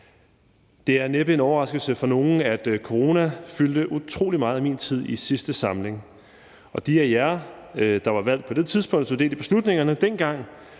Det er næppe en overraskelse for nogen, at corona fyldte utrolig meget i min tid i sidste samling, og de af jer, der var valgt på det tidspunkt og tog del i beslutningerne dengang,